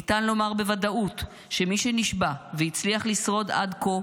ניתן לומר בוודאות שמי שנשבה והצליח לשרוד עד כה